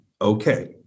okay